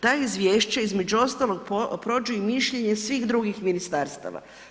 Ta izvješća između ostalog prođu i mišljenje svih drugih ministarstava.